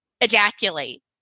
ejaculate